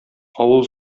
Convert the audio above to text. авыл